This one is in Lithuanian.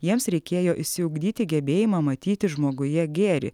jiems reikėjo išsiugdyti gebėjimą matyti žmoguje gėrį